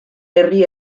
herri